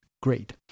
great